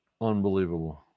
unbelievable